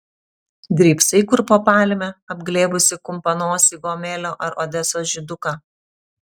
drybsai kur po palme apglėbusi kumpanosį gomelio ar odesos žyduką